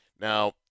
Now